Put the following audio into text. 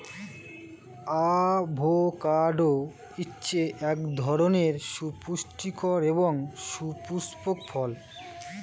avocado হচ্ছে এক ধরনের সুপুস্টিকর এবং সুপুস্পক ফল